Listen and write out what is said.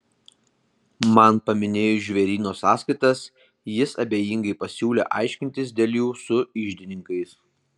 man paminėjus žvėryno sąskaitas jis abejingai pasiūlė aiškintis dėl jų su iždininkais